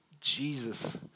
Jesus